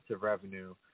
revenue